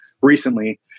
recently